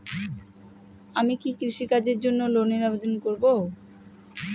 আমি কি কৃষিকাজের জন্য লোনের আবেদন করব?